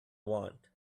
want